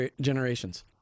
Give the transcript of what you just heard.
generations